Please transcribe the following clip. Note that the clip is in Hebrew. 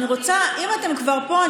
אם אתה כבר פה,